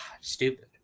Stupid